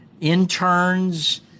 interns